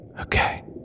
Okay